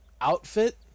outfit